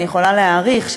אני יכולה להעריך,